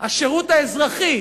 השירות האזרחי